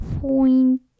point